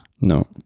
No